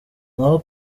naho